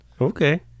Okay